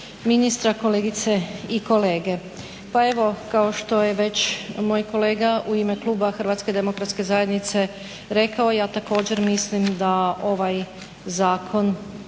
ministra, kolegice i kolege. Pa evo kao što je već moj kolega u ime kluba HDZ-a rekao ja također mislim da ovaj zakon,